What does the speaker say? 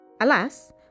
Alas